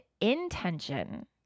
intention